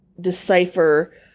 decipher